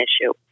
issue